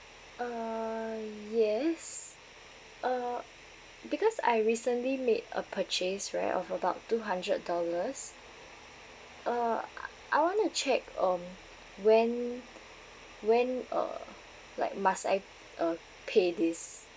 uh yes uh because I recently made a purchase right of about two hundred dollars uh I want to check um when when uh like must I uh pay this